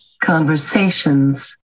conversations